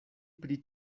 pri